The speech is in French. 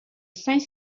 saint